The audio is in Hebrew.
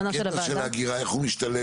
איך הקטע של האגירה משתלב?